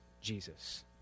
Jesus